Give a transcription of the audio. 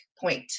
point